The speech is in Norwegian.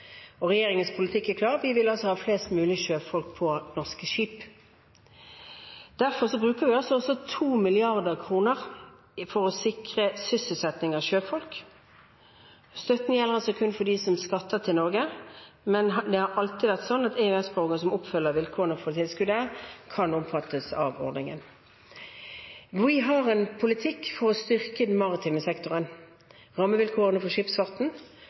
Og regjeringens politikk er klar: Vi vil ha flest mulig norske sjøfolk på norske skip. Derfor bruker vi 2 mrd. kr for å sikre sysselsetting av sjøfolk. Støtten gjelder kun for dem som skatter til Norge, men det har alltid vært slik at EØS-borgere som oppfyller vilkårene for tilskuddet, kan omfattes av ordningen. Vi har en politikk for å styrke den maritime sektoren og rammevilkårene for